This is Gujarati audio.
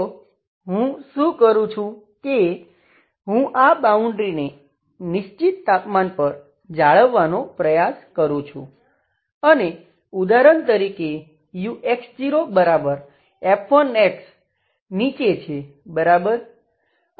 તો હું શું કરું છું કે હું આ બાઉન્ડ્રીને નિશ્ચિત તાપમાન પર જાળવવાનો પ્રયાસ કરું છું અને ઉદાહરણ તરીકે ux0f1xછે બરાબર